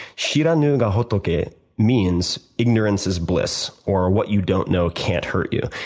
shiranu ga hotokay means ignorance is bliss, or what you don't know can't hurt you.